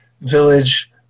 Village